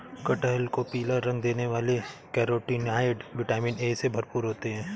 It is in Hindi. कटहल को पीला रंग देने वाले कैरोटीनॉयड, विटामिन ए से भरपूर होते हैं